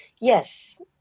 yes